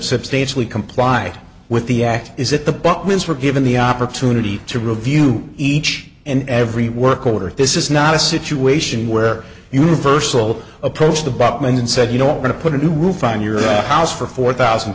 substantially comply with the act is that the buck wins were given the opportunity to review each and every work order this is not a situation where universal approached the bottom and said you don't want to put a new roof on your house for four thousand